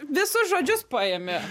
visus žodžius pajamė